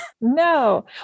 no